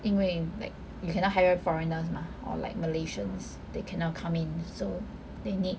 因为 like you cannot hire foreigners mah or like malaysians they cannot come in so they need